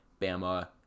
Bama